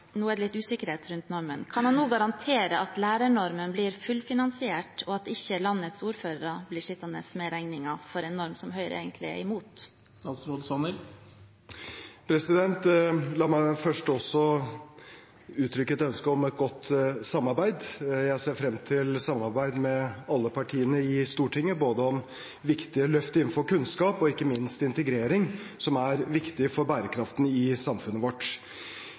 nå – nå er det litt usikkerhet rundt dette – garantere at lærernormen blir fullfinansiert, og at ikke landets ordførere blir sittende med regningen for en norm som Høyre egentlig er imot? La meg først uttrykke et ønske om et godt samarbeid. Jeg ser frem til samarbeid med alle partiene i Stortinget, både om viktige løft innenfor kunnskap og – ikke minst – integrering, som er viktig for bærekraften i samfunnet vårt.